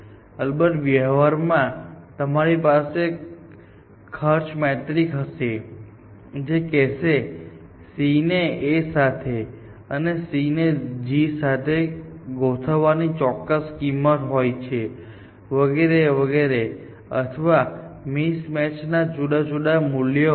અલબત્ત વ્યવહારમાં તમારી પાસે ખર્ચ મેટ્રિક્સ હશે જે કહેશે કે C ને A સાથે અને C ને G સાથે ગોઠવવાની ચોક્કસ કિંમત હોય છે વગેરે વગેરે અથવા મિસમેચના જુદા જુદા મૂલ્યો હશે